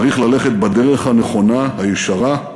צריך ללכת בדרך הנכונה, הישרה,